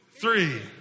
three